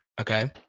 Okay